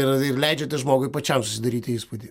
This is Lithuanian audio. ir leidžiate žmogui pačiam susidaryti įspūdį